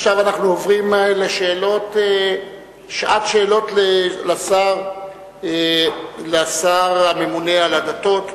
עכשיו אנחנו עוברים לשעת שאלות לשר הממונה על הדתות.